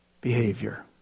behavior